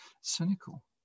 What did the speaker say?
cynical